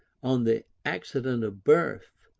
on the accident of birth,